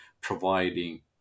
providing